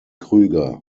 krueger